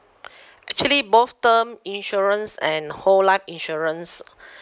actually both term insurance and whole life insurance